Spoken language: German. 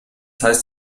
heißt